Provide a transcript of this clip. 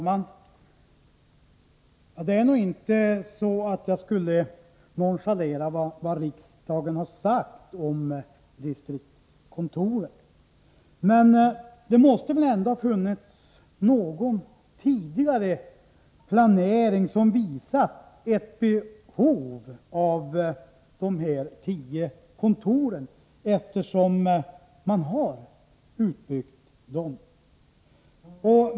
Herr talman! Det är nog inte så att jag nonchalerar vad riksdagen har sagt om distriktskontoren. Men det måste väl ändå ha funnits någon tidigare planering, som visar ett behov av de här tio kontoren, eftersom de har byggts ut.